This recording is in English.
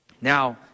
Now